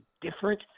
different